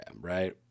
right